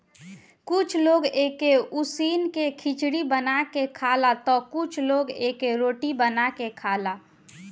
कुछ लोग एके उसिन के खिचड़ी बना के खाला तअ कुछ लोग एकर रोटी बना के खाएला